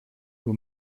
who